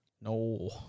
No